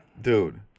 Dude